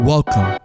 Welcome